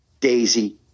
Daisy